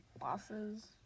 Bosses